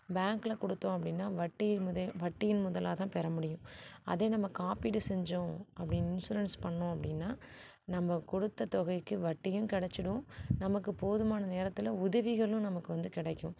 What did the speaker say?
பேங்கில் கொடுத்தோம் அப்படினா வட்டி வட்டியின் முதலாகதான் பெற முடியும் அதே நம்ம காப்பீடு செஞ்சோம் அப்படி இன்ஷுரன்ஸ் பண்ணிணோம் அப்படின்னா நம்ம கொடுத்த தொகைக்கு வட்டியும் கிடச்சிடும் நமக்கு போதுமான நேரத்தில் உதவிகளும் நமக்கு வந்து கிடைக்கும்